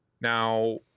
now